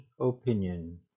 opinion